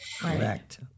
Correct